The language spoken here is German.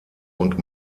und